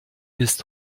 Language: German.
ist